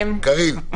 -- קארין.